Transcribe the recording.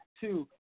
two